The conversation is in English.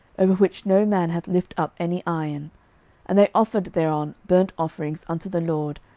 over which no man hath lift up any iron and they offered thereon burnt offerings unto the lord,